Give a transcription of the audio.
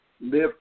live